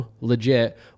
legit